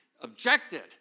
objected